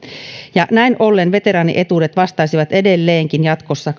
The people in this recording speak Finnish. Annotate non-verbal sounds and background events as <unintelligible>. näin ollen veteraanietuudet vastaisivat edelleenkin jatkossa <unintelligible>